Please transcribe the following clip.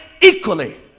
equally